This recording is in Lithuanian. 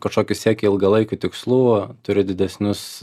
kažkokių siekia ilgalaikių tikslų turi didesnius